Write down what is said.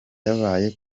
yabaye